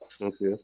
Okay